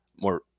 more